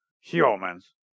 humans